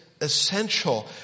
essential